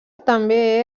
també